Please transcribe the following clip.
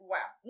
Wow